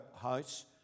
house